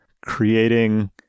creating